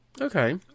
Okay